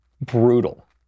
brutal